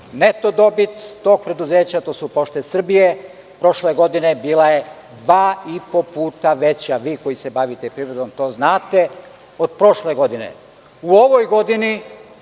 Neto dobit tog preduzeća, to su Pošte Srbije, prošle godine bila je dva i po puta veća, vi koji se bavite privredom to znate, od prošle godine. U ovoj godini